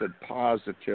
positive